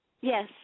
Yes